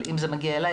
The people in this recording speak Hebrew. אבל אם זה מגיע אלי,